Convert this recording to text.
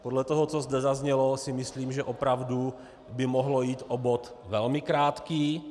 Podle toho, co zde zaznělo, si myslím, že opravdu by mohlo jít o bod velmi krátký.